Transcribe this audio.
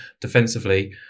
defensively